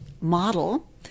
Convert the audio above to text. model